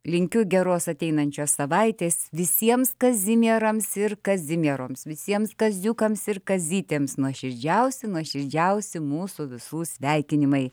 linkiu geros ateinančios savaitės visiems kazimierams ir kazimieroms visiems kaziukams ir kazytėms nuoširdžiausi nuoširdžiausi mūsų visų sveikinimai